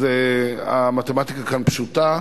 אז המתמטיקה כאן פשוטה,